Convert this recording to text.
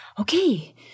okay